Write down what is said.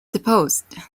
deposed